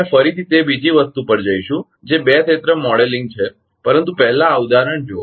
આપણે ફરીથી તે બીજી વસ્તુ પર જઇશું જે બે ક્ષેત્ર મોડેલિંગ છે પરંતુ પહેલા આ ઉદાહરણ જુઓ